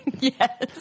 Yes